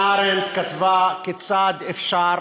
חנה ארנדט כתבה, כיצד אפשר